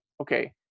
okay